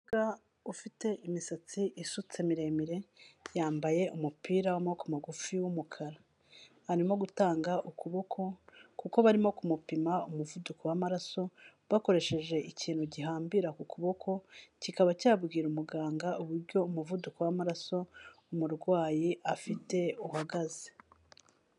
Umukobwa ufite imisatsi isutse miremire yambaye umupira w'amaboko magufi w'umukara, arimo gutanga ukuboko kuko barimo kumupima umuvuduko w'amaraso bakoresheje ikintu gihambira ku kuboko kikaba cyabwira umuganga uburyo umuvuduko w'amaraso umurwayi afite uhagaze.